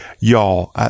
y'all